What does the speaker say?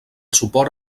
suport